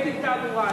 בבית-דין תעבורה.